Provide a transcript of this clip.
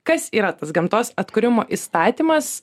kas yra tas gamtos atkūrimo įstatymas